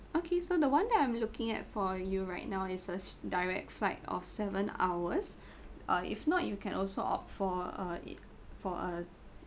okay so the one that I'm looking at for you right now it's a s~ direct flight of seven hours uh if not you can also opt for a it for a